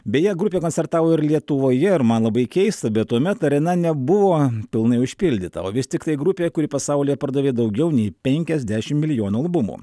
beje grupė koncertavo ir lietuvoje ir man labai keista bet tuomet arena nebuvo pilnai užpildyta o vis tiktai grupė kuri pasaulyje pardavė daugiau nei penkiasdešimt milijonų albumų